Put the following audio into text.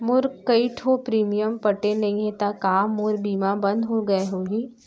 मोर कई ठो प्रीमियम पटे नई हे ता का मोर बीमा बंद हो गए होही?